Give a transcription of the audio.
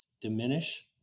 diminish